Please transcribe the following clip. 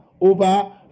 over